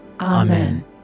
Amen